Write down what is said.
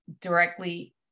directly